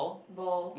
ball